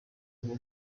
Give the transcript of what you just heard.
bwo